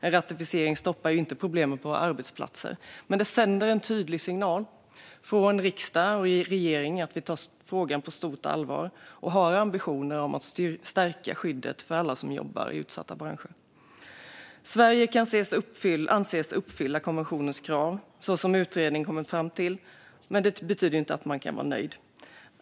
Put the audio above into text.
En ratificering stoppar ju inte problemet på arbetsplatser, men det sänder en tydlig signal från riksdag och regering att vi tar frågan på stort allvar och har ambitioner om att stärka skyddet för alla som jobbar i utsatta branscher. Sverige kan anses uppfylla konventionens krav, som utredningen kommer fram till, men det betyder inte att man kan vara nöjd.